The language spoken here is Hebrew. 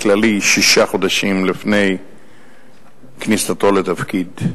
כללי שישה חודשים לפני כניסתו לתפקיד?